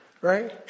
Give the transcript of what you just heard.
Right